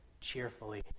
cheerfully